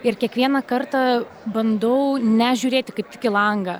ir kiekvieną kartą bandau nežiūrėti kaip į langą